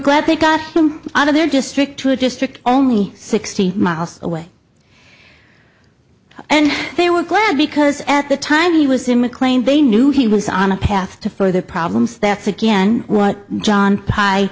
glad they got him out of their district to a district only sixty miles away and they were glad because at the time he was in mclean they knew he was on a path to further problems that's again what john pie